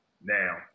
now